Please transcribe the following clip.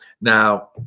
Now